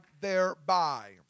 thereby